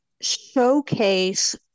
showcase